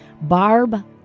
Barb